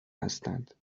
هستند